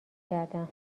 کردم